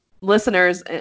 listeners